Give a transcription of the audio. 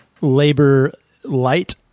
labor-light